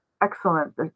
excellent